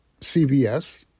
CVS